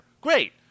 Great